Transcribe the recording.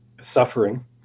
suffering